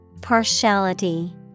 Partiality